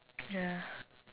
ya